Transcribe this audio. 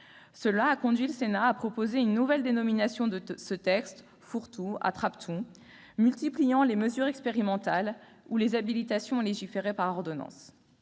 Cela a conduit le Sénat à proposer une nouvelle dénomination de ce texte fourre-tout, « attrape-tout », multipliant les mesures expérimentales ou les habilitations à légiférer par ordonnance.